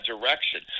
direction